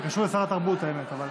זה קשור לשר התרבות, האמת.